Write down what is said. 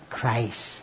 Christ